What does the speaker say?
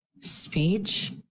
Speech